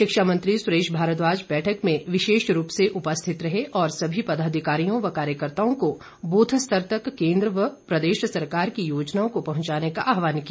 शिक्षा मंत्री सुरेश भारद्वाज बैठक में विशेष रूप से उपस्थित रहे और सभी पदाधिकारियों व कार्यकर्ताओं को बूथ स्तर तक केंद्र व प्रदेश सरकार की योजनाओं को पहुंचाने का आहवान किया